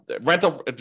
rental